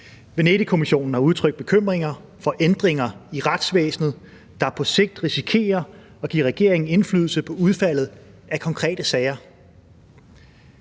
Venedigkommissionen har udtrykt bekymringer for ændringer i retsvæsenet, der på sigt risikerer at give regeringen indflydelse på udfaldet af konkrete sager.